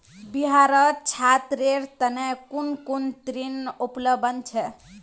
बिहारत छात्रेर तने कुन कुन ऋण उपलब्ध छे